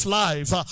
life